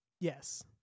Yes